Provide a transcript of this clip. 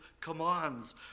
commands